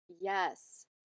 yes